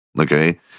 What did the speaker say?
okay